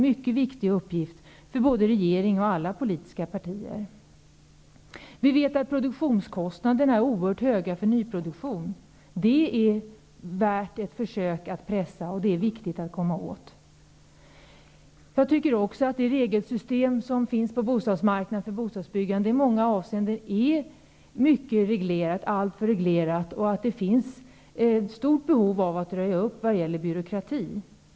Där har både regeringen och alla politiska partier en viktig uppgift. Produktionskostnaderna är oerhört höga för nyproduktion. Det är värt ett försök att pressa dessa kostnader, för de är viktiga att komma åt. Jag tycker också att det system som gäller bostadsmarknaden för bostadsbyggande i många avseenden är alltför reglerat. Det finns ett stort behov av att röja upp i byråkratin.